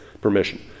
permission